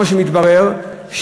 מה שמתברר,